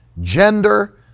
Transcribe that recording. gender